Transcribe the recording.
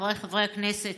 חבריי חברי הכנסת,